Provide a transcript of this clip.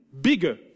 bigger